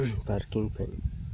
parking ପାଇଁ